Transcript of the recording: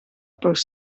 pels